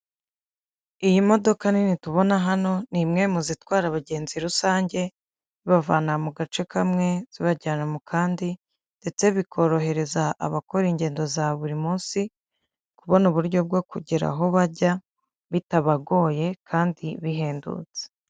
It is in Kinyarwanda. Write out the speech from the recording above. Iyi modoka nini tubona hano ni imwe mu zitwara abagenzi rusange, bibavana mu gace kamwe zibajyana mu kandi ndetse bikorohereza abakora ingendo za buri munsi, kubona uburyo bwo kugera aho bajya, bitabagoye kandi bihendutse.